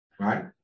Right